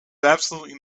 absolutely